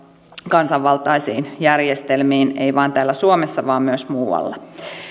kansanvaltaisiin järjestelmiin ei vain täällä suomessa vaan myös muualla